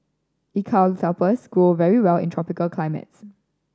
eucalyptus grow very well in tropical climates